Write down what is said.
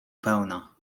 pełna